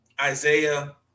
Isaiah